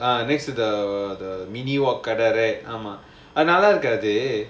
next to the ah next to the the mini wok correct right ஆமா ஆனா அது:aamaa aanaa adhu